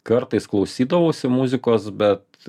kartais klausydavausi muzikos bet